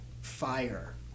Fire